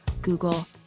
Google